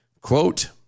quote